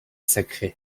sacrait